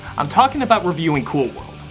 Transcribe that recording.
i'm talking about reviewing cool world.